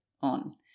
on